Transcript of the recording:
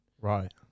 Right